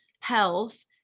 health